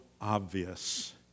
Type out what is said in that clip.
obvious